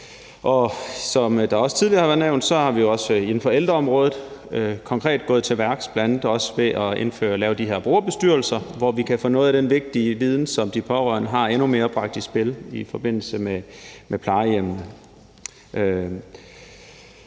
som det også tidligere har været nævnt, er vi på ældreområdet konkret gået til værks, bl.a. ved at lave de her brugerbestyrelser, hvor vi kan få noget af den vigtige viden, som de pårørende har, bragt endnu mere i spil i forbindelse med plejehjem.